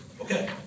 Okay